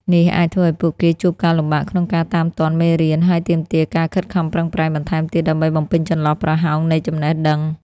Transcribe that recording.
នេះអាចធ្វើឲ្យពួកគេជួបការលំបាកក្នុងការតាមទាន់មេរៀន ហើយទាមទារការខិតខំប្រឹងប្រែងបន្ថែមទៀតដើម្បីបំពេញចន្លោះប្រហោងនៃចំណេះដឹង។